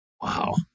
wow